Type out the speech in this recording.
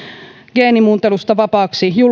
geenimuuntelusta vapaaksi